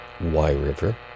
Y-river